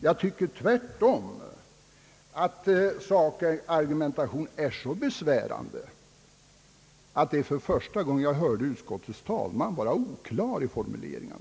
Jag tycker tvärtom att sakargumentationen är så besvärande att jag första gången i denna kammare har hört utskottets ordförande vara oklar i sina formuleringar.